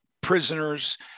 prisoners